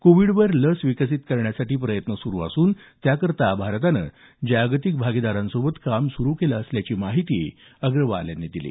कोविडवर लस विकसित करण्यासाठी प्रयत्न सुरु असून त्याकरता भारतानं जागतिक भागीदारांसोबत काम सुरु केलं असल्याचं अग्रवाल यांनी सांगितलं